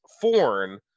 foreign